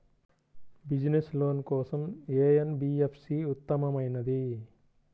Business loan కోసం ఏ NBFC ఉత్తమమైనది?